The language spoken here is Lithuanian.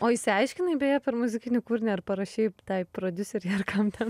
o išsiaiškinai beje per muzikinį kūrinį ar parašei tai prodiuserei ar kam ten